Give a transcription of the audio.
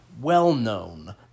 well-known